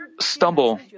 stumble